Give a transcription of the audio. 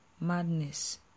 madness